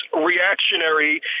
reactionary